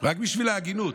רק בשביל ההגינות,